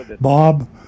Bob